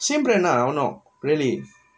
same brand தா அவனும்:thaa avanum really